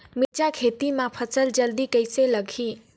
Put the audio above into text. मिरचा खेती मां फल जल्दी कइसे लगही?